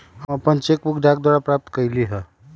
हम अपन cheque book डाक द्वारा प्राप्त कईली ह